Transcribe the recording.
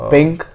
Pink